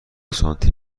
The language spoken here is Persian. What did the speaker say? سانتی